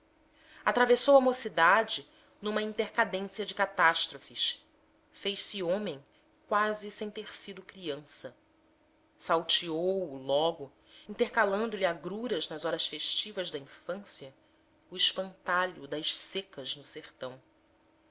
atravessou a mocidade numa intercadência de catástrofes fez-se homem quase sem ter sido criança salteou o logo intercalando lhe agruras nas horas festivas da infância o espantalho das secas no sertão